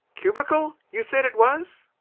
cubicle, you said it was?